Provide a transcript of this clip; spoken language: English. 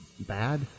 Bad